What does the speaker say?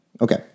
Okay